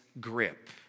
grip